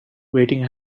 waiting